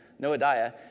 Noadiah